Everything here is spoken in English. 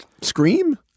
Scream